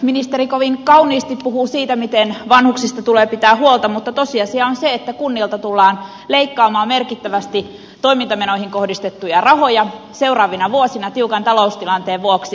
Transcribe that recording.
ministeri kovin kauniisti puhuu siitä miten vanhuksista tulee pitää huolta mutta tosiasia on se että kunnilta tullaan leikkaamaan merkittävästi toimintamenoihin kohdistettuja rahoja seuraavina vuosina tiukan taloustilanteen vuoksi